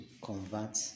convert